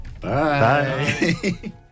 Bye